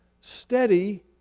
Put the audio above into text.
steady